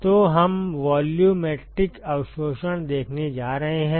तो हम वॉल्यूमेट्रिक अवशोषण देखने जा रहे हैं